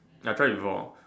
ya I try before